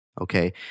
Okay